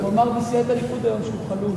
הוא אמר בסיעת הליכוד היום שהוא חלוד.